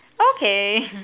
okay